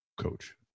coach